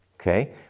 Okay